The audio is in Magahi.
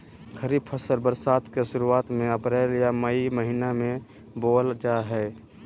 खरीफ फसल बरसात के शुरुआत में अप्रैल आ मई महीना में बोअल जा हइ